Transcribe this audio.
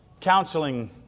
Counseling